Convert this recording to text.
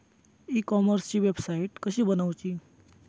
E कॉमर्सची वेबसाईट कशी बनवची?